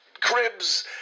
cribs